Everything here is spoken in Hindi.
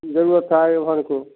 ज़रूरत था एवन को